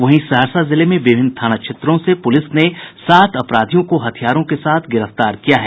वहीं सहरसा जिले में विभिन्न थाना क्षेत्रों से पुलिस ने सात अपराधियों को हथियारों के साथ गिरफ्तार किया है